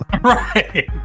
Right